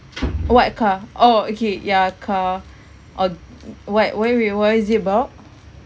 what car oh okay yeah car oh what where we what is it about